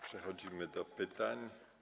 Przechodzimy do pytań.